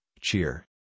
Cheer